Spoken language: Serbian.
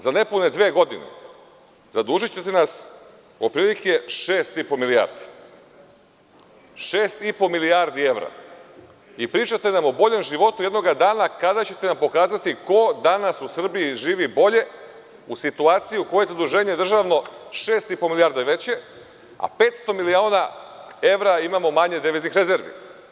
Za nepune dve godine zadužićete nas otprilike 6,5 milijardi evra i pričate nam o boljem životu jednoga dana kada ćete nam pokazati ko danas u Srbiji živi bolje u situaciji u kojoj je zaduženje državno 6,5 milijardi već, a 500 miliona evra imamo manje deviznih rezervi.